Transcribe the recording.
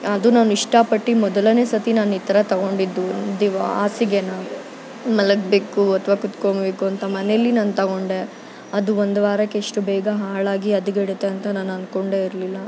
ಅದು ನಾನು ಇಷ್ಟಪಟ್ಟು ಮೊದಲನೇ ಸರ್ತಿ ನಾನು ಈ ಥರ ತೊಗೊಂಡಿದ್ದು ದಿವಾನ ಹಾಸಿಗೆನ ಮಲಗಬೇಕು ಅಥವಾ ಕುತ್ಕೊಳ್ಬೇಕು ಅಂತ ಮನೆಯಲ್ಲಿ ನಾನು ತೊಗೊಂಡೆ ಅದು ಒಂದು ವಾರಕ್ಕೇ ಇಷ್ಟು ಬೇಗ ಹಾಳಾಗಿ ಹದಗೆಡುತ್ತೆ ಅಂತ ನಾನು ಅಂದ್ಕೊಂಡೇ ಇರಲಿಲ್ಲ